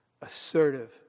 Assertive